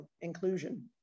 inclusion